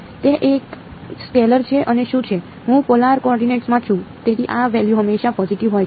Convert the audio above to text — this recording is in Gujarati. તે એક સ્કેલર છે અને શું છે હું પોલાર કોઓર્ડિનેટ્સ છે